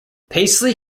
paisley